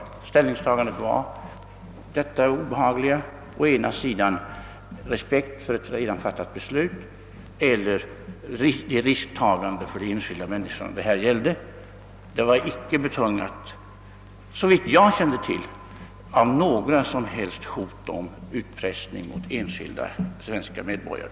Vårt obehagliga ställningstagande gällde å ena sidan respekten för ett redan fattat beslut och å andra sidan ett risktagande för de enskilda människor det var fråga om. Det var, såvitt jag kände till, icke betingat av något som. helst hot mot enskilda svenska medborgare.